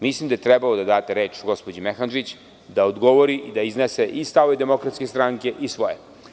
Mislim da je trebalo da date reč gospođi Mehandžić da odgovori i da iznese i stavove DS i svoje.